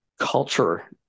culture